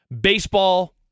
baseball